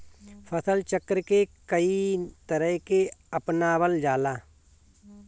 फसल चक्र के कयी तरह के अपनावल जाला?